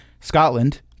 Scotland